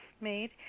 made